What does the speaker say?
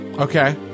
Okay